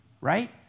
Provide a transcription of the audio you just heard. right